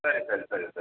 சரி சரி சரி சரி